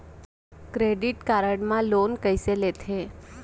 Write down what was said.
Credit card मा loan कइसे लेथे?